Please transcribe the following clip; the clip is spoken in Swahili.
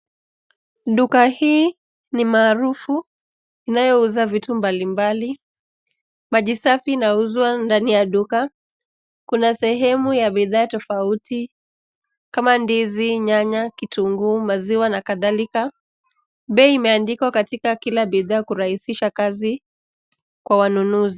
Duka hii ni maarufu inayouza vitu mbalimbali. Maji safi inauzwa ndani ya duka. Kuna sehemu ya bidhaa tofauti kama ndizi, nyanya, kitunguu, maziwa na kadhalika. Bei imeandikwa katika kila bidhaa kurahisisha kazi kwa wanunuzi.